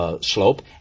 slope